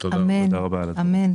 אמן.